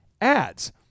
ads